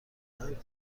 مرگ